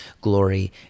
glory